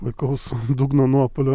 vaikaus dugno nuopuolio